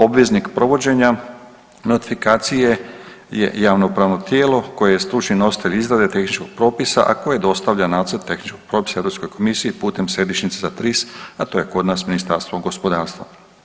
Obveznik provođenja notifikacije je javno pravno tijelo koje je stručni nositelj izrade tehničkog propisa, a koje dostavlja nacrt tehničkog propisa Europskoj komisiji putem središnjice za TRIS, a to je kod nas Ministarstvo gospodarstva.